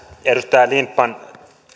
edustaja lindtman